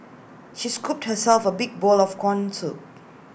she scooped herself A big bowl of Corn Soup